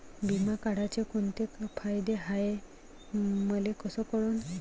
बिमा काढाचे कोंते फायदे हाय मले कस कळन?